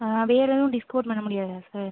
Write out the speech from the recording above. வேற எதும் டிஸ்கவுண்ட் பண்ண முடியாதா சார்